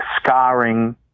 scarring